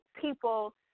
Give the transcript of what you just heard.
people